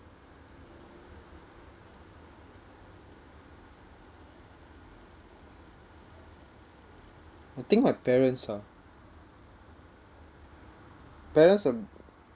I think my parents ah parents are